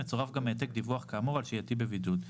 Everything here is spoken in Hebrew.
מצורף גם העתק דיווח כאמור על שהייתי בבידוד).